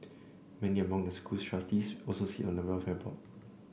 many among the school's trustees also sit on the welfare board